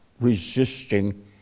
resisting